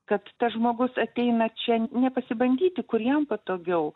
kad tas žmogus ateina čia nepasibandyti kur jam patogiau